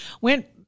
went